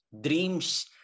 dreams